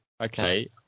okay